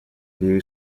view